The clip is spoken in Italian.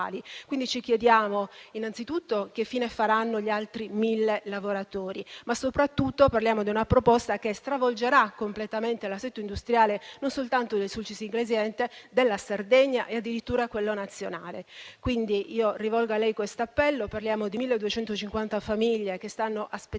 attuali. Ci chiediamo innanzitutto che fine faranno gli altri mille lavoratori, ma soprattutto parliamo di una proposta che stravolgerà completamente l'assetto industriale non soltanto del Sulcis Iglesiente della Sardegna, ma addirittura nazionale. Quindi, rivolgo a lei questo appello: parliamo di 1.250 famiglie che stanno aspettando